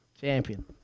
Champion